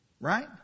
Right